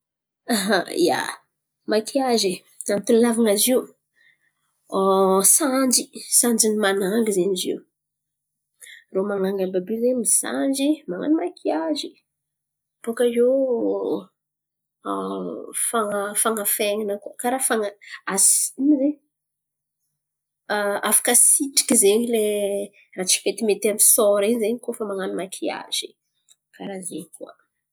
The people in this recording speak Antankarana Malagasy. Ia, makiazy? Antony ilàvan̈a izy io? Sanjy sanjin'ny manangy zen̈y izy io. Irô man̈angy àby àby io zen̈y misanjy man̈ano makiazy. Bòka iô fan̈a- fan̈afen̈ana koa karà fan̈afen̈ana asy ino ma zen̈y? Afaka asitriky zen̈y lay raha tsy metimety amy sôra in̈y zen̈y koa fa man̈ano makiazy. Karà zen̈y koa.